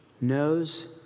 knows